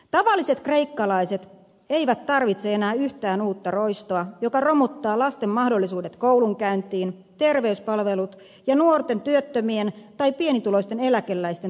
tavalliset kreikkalaiset eivät tarvitse enää yhtään uutta roistoa joka romuttaa lasten mahdollisuudet koulunkäyntiin terveyspalvelut ja nuorten työttömien tai pienituloisten eläkeläisten toimeentulon kreikassa